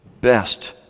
best